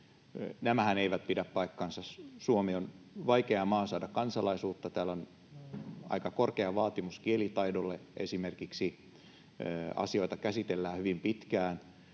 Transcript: Nämähän eivät pidä paikkaansa. Suomi on vaikea maa saada kansalaisuus. Täällä on aika korkea vaatimus esimerkiksi kielitaidolle, asioita käsitellään hyvin pitkään: